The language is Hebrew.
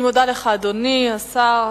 אני מודה לך, אדוני השר.